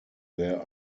there